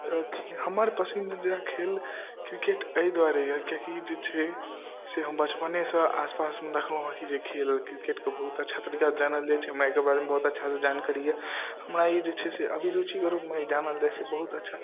हमर पसन्दीदा खेल क्रिकेट अइ दुआरे यऽ किइक कि जे छै से हम बचपनेसँ आसपासमे देखलहुँ हँ कि खेल क्रिकेटके बहुत अच्छा तरीकासँ जानल जाइ छै हमरा अइके बारेमे बहुत अच्छासँ जानकारी यऽ हमरा ई जे छै से अभिरुचिके रूपमे जानल जाइ छै बहुत अच्छा